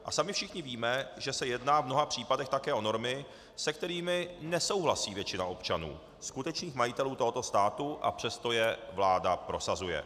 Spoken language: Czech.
A sami všichni víme, že se jedná v mnoha případech také o normy, se kterými nesouhlasí většina občanů, skutečných majitelů tohoto státu, a přesto je vláda prosazuje.